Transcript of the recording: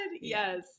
Yes